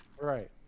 right